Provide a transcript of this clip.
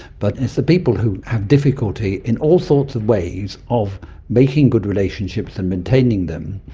but it's the people who have difficulty in all sorts of ways of making good relationships and maintaining them,